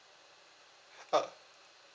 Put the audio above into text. uh